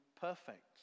perfect